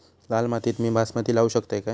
लाल मातीत मी बासमती लावू शकतय काय?